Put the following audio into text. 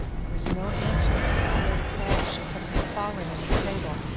there was no answer, but i heard a crash of something falling in the stable,